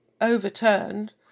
overturned